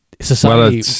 Society